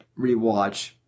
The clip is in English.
rewatch